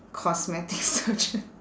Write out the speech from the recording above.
cosmetic surgeon